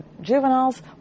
juveniles